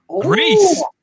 Greece